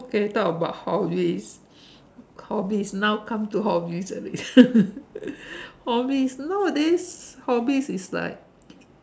okay talk about hobbies hobbies now come to hobbies already hobbies nowadays hobbies is like